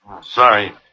sorry